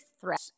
threat